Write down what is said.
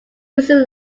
losing